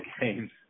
games